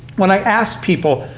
when i ask people,